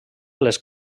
les